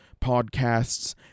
podcasts